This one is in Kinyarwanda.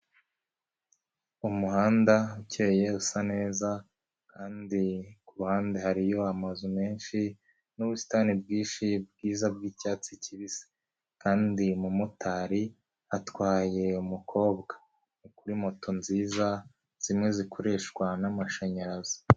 Umuhanda ukeye usa neza kandi ku ruhande hariyo amazu menshi n'ubusitani bwinshi bwiza bw'icyatsi kibisi. Kandi umumotari atwaye umukobwa kuri moto nziza zimwe zikoreshwa n'amashanyarazi.